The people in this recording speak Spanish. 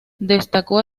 destacó